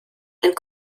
and